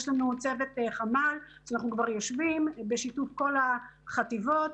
יש לנו צוות חמ"ל שאנחנו כבר יושבים בשיתוף כל בחטיבות.